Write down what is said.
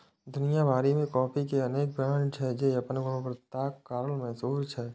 दुनिया भरि मे कॉफी के अनेक ब्रांड छै, जे अपन गुणवत्ताक कारण मशहूर छै